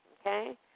okay